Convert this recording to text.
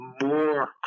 more